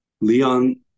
Leon